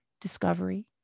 Discovery